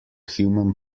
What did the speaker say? human